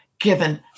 given